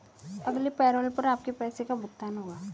अगले पैरोल पर आपके पैसे का भुगतान होगा